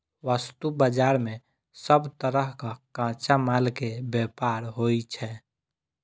वस्तु बाजार मे सब तरहक कच्चा माल के व्यापार होइ छै